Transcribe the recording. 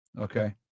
Okay